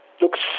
looks